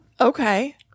Okay